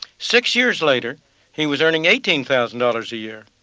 six years later he was earning eighteen thousand dollars a year.